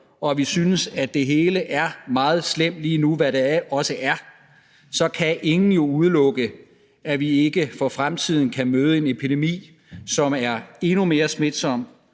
og vi synes, at det hele er meget slemt lige nu, hvad det også er, så kan ingen jo udelukke, at vi ikke for fremtiden kan komme til at stå over for en epidemi, som er endnu mere smitsom